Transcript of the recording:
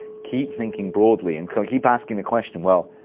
keep thinking broadly and keep asking the question, well,